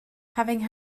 having